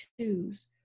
choose